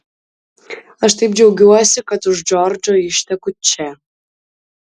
aš taip džiaugiuosi kad už džordžo išteku čia